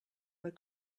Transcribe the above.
were